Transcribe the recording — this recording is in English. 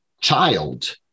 child